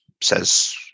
says